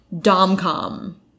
dom-com